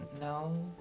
No